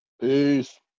Peace